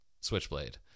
Switchblade